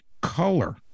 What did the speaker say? color